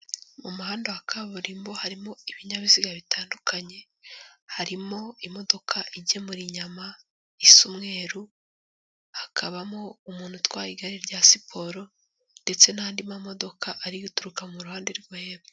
Mu muhanda wa kaburimbo harimo ibinyabiziga bitandukanye, harimo imodoka igemura inyama isa umweru; hakabamo umuntu utwaye igare rya siporo ndetse n'andi mamodoka ari guturuka mu ruhande rwo hepfo.